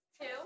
Two